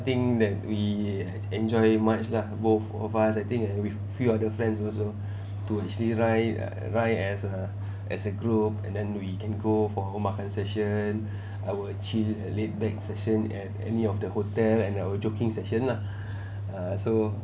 I think that we enjoy much lah both of us I think and with few other friends also to actually ride ride as a as a group and then we can go for our old makan session our chill laidback session at any of the hotel and our joking session lah uh so